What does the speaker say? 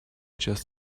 just